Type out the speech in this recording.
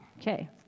Okay